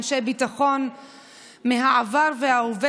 אנשי ביטחון מהעבר וההווה,